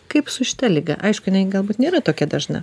kaip su šita liga aišku jinai galbūt nėra tokia dažna